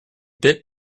bit